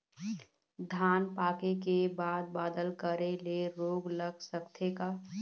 धान पाके के बाद बादल करे ले रोग लग सकथे का?